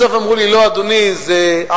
בסוף אמרו לי: לא אדוני, זה עזה.